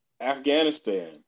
Afghanistan